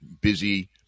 busy